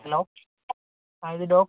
hello ആ ഇത് ഡോക്